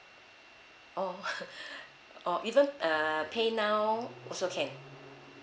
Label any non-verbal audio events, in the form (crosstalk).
oh (laughs) oh even uh pay now also can